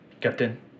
Captain